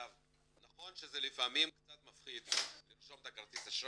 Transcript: נכון שזה לפעמים קצת מפחיד לרשום את כרטיס האשראי,